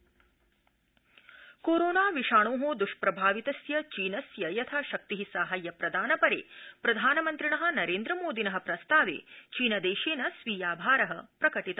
चीनदेश corona विषाणो दुष्प्रभावितस्य चीनस्य यथाशक्ति साहाय्य प्रदानपरे प्रधानमन्त्रिण नोन्द्रमोदिन प्रस्तावे चीन देशेन स्वीयाभार प्रकटित